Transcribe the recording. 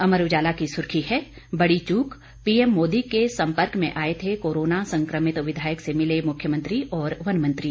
अमर उजाला की सुर्खी है बड़ी चूकः पीएम मोदी के संपर्क में आए थे कोरोना संक्रमित विधायक से मिले मुख्यमंत्री और वन मंत्री